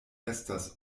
estas